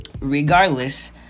regardless